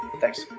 thanks